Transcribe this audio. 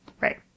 right